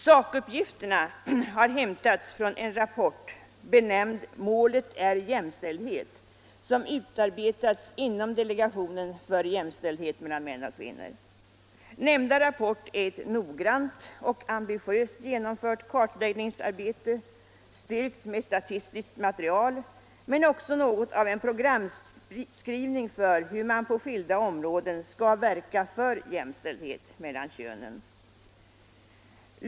Sakuppgifterna har hämtats från en rapport benämnd Målet är jämställdhet, som utarbetats inom delegationen för jämställdhet mellan män och kvinnor. Nämnda rapport är ett noggrant och ambitiöst genomfört kartläggningsarbete, styrkt med statistiskt material, men också något av en programskrivning för hur man på skilda områden skall verka för jämställdhet mellan könen.